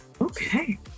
Okay